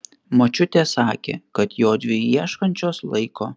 močiutė sakė kad jodvi ieškančios laiko